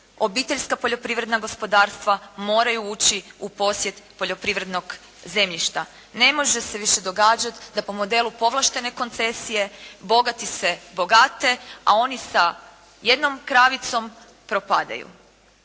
obiteljska poljoprivredna gospodarstva moraju ući u posjed poljoprivrednog zemljišta. Ne može se više događati da po modelu povlaštene koncesije bogati se bogate, a oni sa jednom kravicom propadaju.